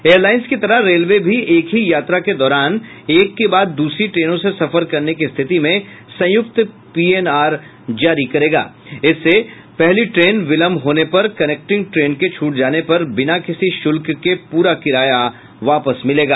air Lions की तरह railway भी एक ही यात्रा के दौरान एक के बाद दूसरी ट्रेनों से सफर करने की स्थिति में संयुक्त पीएनआर जारी करेगा इससे पहली ट्रेन विलंब होने पर कनेक्टिंग ट्रेने के छूट जाने पर बिना किसी शुल्क के पूरा किराया वापस मिलेगा